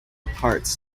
parts